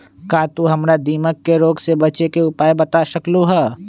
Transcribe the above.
का तू हमरा दीमक के रोग से बचे के उपाय बता सकलु ह?